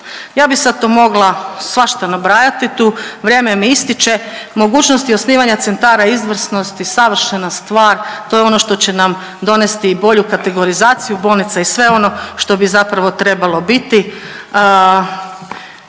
Ja bi sad tu mogla svašta nabrajati tu, vrijeme mi ističe. Mogućnosti osnivanja centara izvrsnosti savršena stvar, to je ono što će nam donesti i bolju kategorizaciju bolnica i sve ono što bi zapravo trebalo biti.